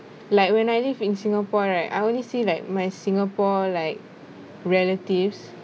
like when I live in singapore right I only see like my singapore like relatives